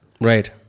Right